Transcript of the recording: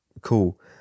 cool